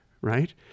Right